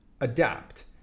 adapt